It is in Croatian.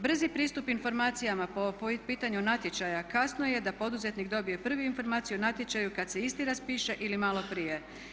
Brzi pristup informacijama po pitanju natječaja kasno je da poduzetnik dobije prvi informaciju o natječaju kad se isti raspiše ili malo prije.